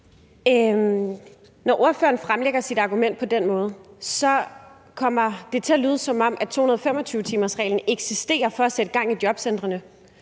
Når ordføreren fremlægger sit argument på den måde, kommer det til at lyde, som om 225-timersreglen eksisterer for at sætte gang i jobcentrene.